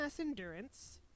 Endurance